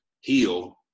heal